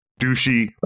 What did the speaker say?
douchey